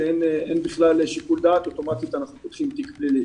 שאין בכלל שיקול דעת ואוטומטית אנחנו פותחים תיק פלילי.